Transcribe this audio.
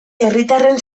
herritarren